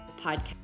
Podcast